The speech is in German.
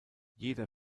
jeder